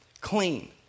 clean